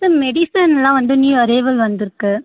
sir மெடிசன்லாம் வந்து new arrival வந்துருக்குது